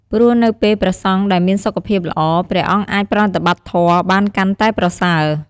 ព្រោះនៅពេលព្រះសង្ឃដែលមានសុខភាពល្អ ព្រះអង្គអាចប្រតិបត្តិធម៌បានកាន់តែប្រសើរ។